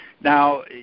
Now